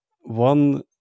one